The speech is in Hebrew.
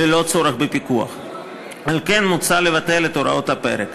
ללא צורך בפיקוח, על כן מוצע לבטל את הוראות הפרק.